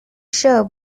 show